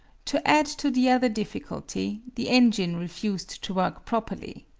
to add to the other difficulty, the engine refused to work properly.